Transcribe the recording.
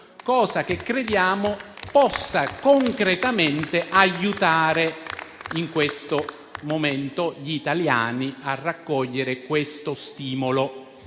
cosa che crediamo possa concretamente aiutare in questo momento gli italiani a raccogliere tale stimolo.